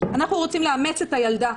אנחנו רוצים לאמץ את הילדה.